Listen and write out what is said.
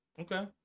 Okay